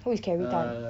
who is carrie tan